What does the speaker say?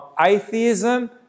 atheism